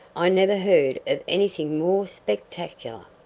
i never heard of anything more spectacular!